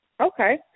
okay